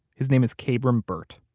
his name is kabrahm burt.